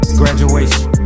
graduation